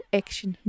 action